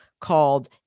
called